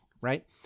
right